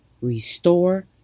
restore